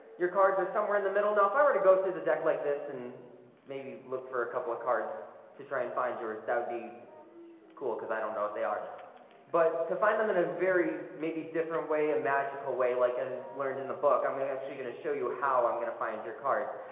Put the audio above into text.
your cards are somewhere in the middle now if i were to go through the deck like this and maybe look for a couple of cards to try and find yours. that would be cool, because i don't know what they are but to find them in a very maybe different way a magical way like and learned in the book i'm i mean yeah actually gonna show you how i'm gonna find your cards.